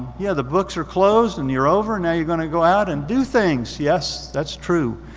yeah, the books are closed and you're over. now you're gonna go out and do things. yes, that's true.